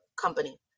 company